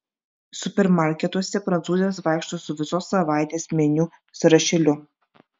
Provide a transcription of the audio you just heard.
supermarketuose prancūzės vaikšto su visos savaitės meniu sąrašėliu